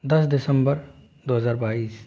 दस दिसम्बर दो हज़ार बाईस